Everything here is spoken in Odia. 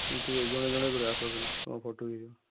ଠିକ୍ ଅଛି ଜଣେ ଜଣେ କରି ଆସ ବେଲେ ତୁମ ଫଟୋ ନେଇଯିବା